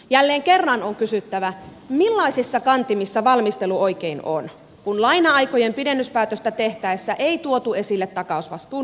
jälleen kerran on kysyttävä millaisissa kantimissa valmistelu oikein on kun laina aikojen pidennyspäätöstä tehtäessä ei tuotu esille takausvastuun muuttamisen tarvetta